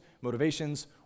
motivations